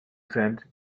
send